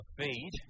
feed